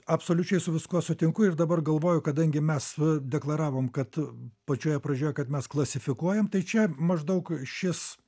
absoliučiai su viskuo sutinku ir dabar galvoju kadangi mes deklaravom kad pačioje pradžioje kad mes klasifikuojam tai čia maždaug šis